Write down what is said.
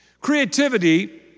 Creativity